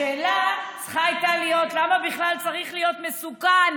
השאלה צריכה הייתה להיות למה בכלל צריך להיות מסוכן